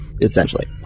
essentially